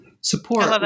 Support